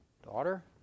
Daughter